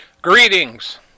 Greetings